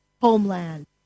homeland